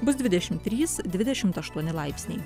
bus dvidešim trys dvidešim aštuoni laipsniai